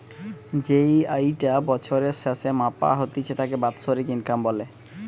যেই আয়ি টা বছরের স্যাসে মাপা হতিছে তাকে বাৎসরিক ইনকাম বলে